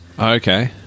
Okay